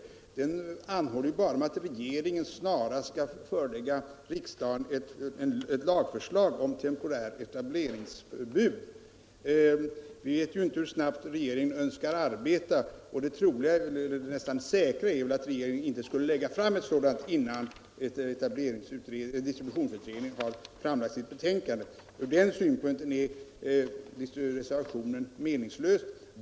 I den anhåller man bara om att regeringen snarast skall förelägga riksdagen ett lagförslag om temporärt etableringsförbud. Vi vet ju inte hur snabbt regeringen önskar arbeta, och det är troligt, ja, nästan säkert, att regeringen inte skulle lägga fram ett sådant förslag innan distributionsutredningen framlagt sitt betänkande. Från den synpunkten är reservationen meningslös.